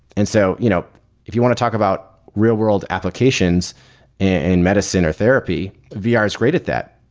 and so you know if you want to talk about real-world applications in medicine or therapy, vr ah is great at that.